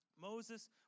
Moses